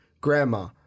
grandma